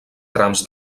trams